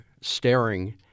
staring